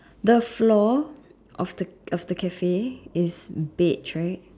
the floor of the of the Cafe is beige right